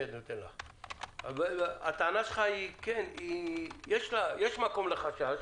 הטענה שלך נכונה, יש מקום לחשש,